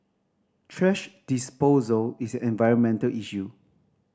thrash disposal is environmental issue